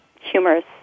humorous